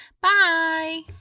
bye